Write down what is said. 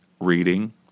reading